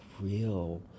real